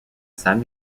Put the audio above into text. san